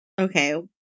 Okay